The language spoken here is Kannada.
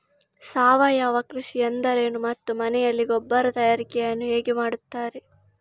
ಸಾವಯವ ಕೃಷಿ ಎಂದರೇನು ಮತ್ತು ಮನೆಯಲ್ಲಿ ಗೊಬ್ಬರ ತಯಾರಿಕೆ ಯನ್ನು ಹೇಗೆ ಮಾಡುತ್ತಾರೆ?